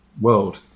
world